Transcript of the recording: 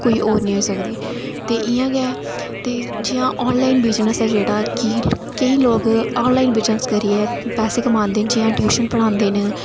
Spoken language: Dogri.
ते कोई होर निं होई सकदी ते इं'या गै ते जेह्ड़ा ऑनलाइन बिज़नेस ऐ जेह्ड़ा कि केईं लोग ऑनलाइन बिज़नेस करियै पैसा कमांदे न जि'या टयूशन पढ़ांदे न